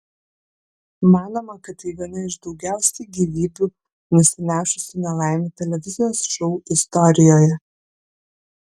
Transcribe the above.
manoma kad tai viena iš daugiausiai gyvybių nusinešusių nelaimių televizijos šou istorijoje